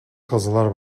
kazılar